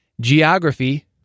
geography